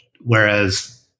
whereas